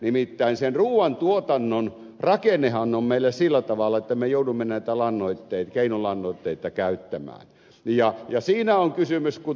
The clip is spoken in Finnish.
nimittäin sen ruuan tuotannon rakennehan on meillä sillä tavalla että me joudumme näitä keinolannoitteita käyttämään ja jäseninä on kysymys kun